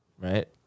Right